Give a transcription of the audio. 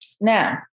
Now